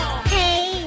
Hey